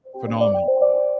phenomenal